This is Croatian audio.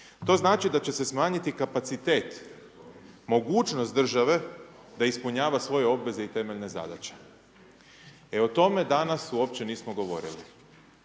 To znači da će se smanjiti kapacitet, mogućnost države da ispunjava svoje obveze i temeljne zadaće. E, o tome danas uopće nismo govorili.